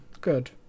good